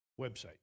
website